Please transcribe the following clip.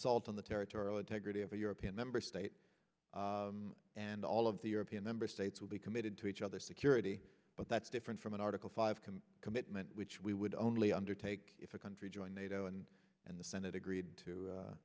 assault on the territorial integrity of a european member state and all of the european member states will be committed to each other security but that's different from an article five commitment which we would only undertake if a country join nato and and the senate agreed to